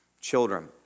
children